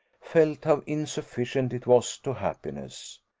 felt how insufficient it was to happiness.